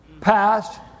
past